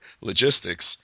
logistics